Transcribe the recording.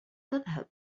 تذهب